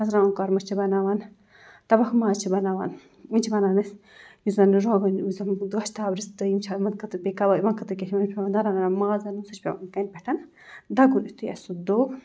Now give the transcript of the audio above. مَژٕرٛوانٛگَن کۄرمہٕ چھِ بَناوان تَبَکھ ماز چھِ بَناوان یِم چھِ بَنان اَسہِ یُس زَن روغن یُس زَن گۄشتاب رِستہٕ تہٕ یِم چھِ یِمَن خٲطرٕ بیٚیہِ کَباب یِمَن خٲطرٕ کیٛاہ چھِ یِم چھِ پٮ۪وان ماز اَنُن سُہ چھِ پٮ۪وان کَنہِ پٮ۪ٹھَن دَگُن یُتھُے اَسہِ سُہ دوٚگ